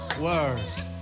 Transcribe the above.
Words